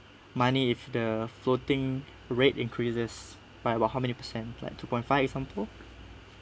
money if the floating rate increases by about how many percent like two point five example